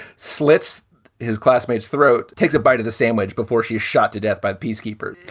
slits his classmates throat, takes a bite of the sandwich before she was shot to death by peacekeepers.